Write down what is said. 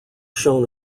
shown